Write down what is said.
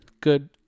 Good